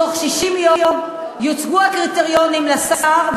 בתוך 60 יום יוצגו הקריטריונים לשר,